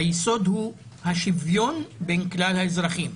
היסוד הוא השוויון בין כלל האזרחים,